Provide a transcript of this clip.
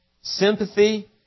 sympathy